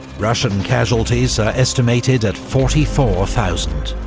russian casualties are estimated at forty four thousand.